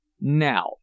Now